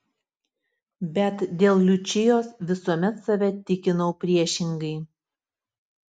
bet dėl liučijos visuomet save tikinau priešingai